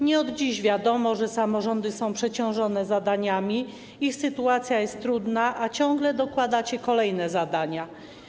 Nie od dziś wiadomo, że samorządy są przeciążone zadaniami, ich sytuacja jest trudna, a ciągle dokładacie im kolejne zadania.